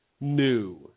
new